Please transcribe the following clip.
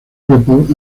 report